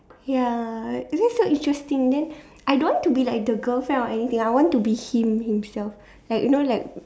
ya is it still interesting then I don't want to be like the girlfriend or anything I want to be him himself ya you know like